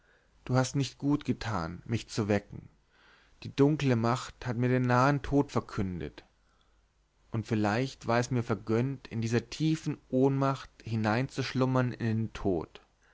du hast nicht gut getan mich zu wecken die dunkle macht hat mir den nahen tod verkündet und vielleicht war es mir vergönnt in dieser tiefen ohnmacht hineinzuschlummern in den tod